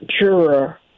juror